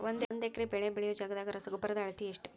ಒಂದ್ ಎಕರೆ ಬೆಳೆ ಬೆಳಿಯೋ ಜಗದಾಗ ರಸಗೊಬ್ಬರದ ಅಳತಿ ಎಷ್ಟು?